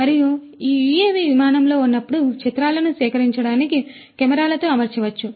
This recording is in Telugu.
మరియు ఈ యుఎవి విమానంలో ఉన్నప్పుడు చిత్రాలను సేకరించడానికి కెమెరాలతో అమర్చవచ్చు